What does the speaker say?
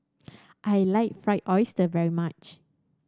I like Fried Oyster very much